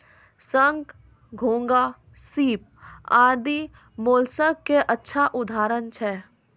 शंख, घोंघा, सीप आदि मोलस्क के अच्छा उदाहरण छै